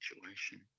situation